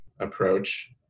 Approach